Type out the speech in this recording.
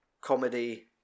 comedy